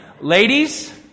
Ladies